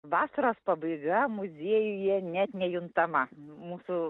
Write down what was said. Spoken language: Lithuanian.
vasaros pabaiga muziejuje net nejuntama mūsų